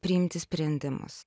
priimti sprendimus